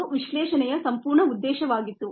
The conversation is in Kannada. ಅದು ವಿಶ್ಲೇಷಣೆಯ ಸಂಪೂರ್ಣ ಉದ್ದೇಶವಾಗಿತ್ತು